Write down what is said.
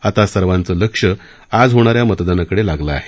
आता सर्वांच लक्ष आज होणाऱ्या मतदानाकडे लागलं आहे